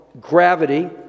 Gravity